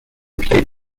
played